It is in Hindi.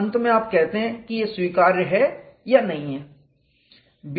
और अंत में आप कहते हैं कि यह स्वीकार्य है या नहीं